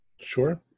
Sure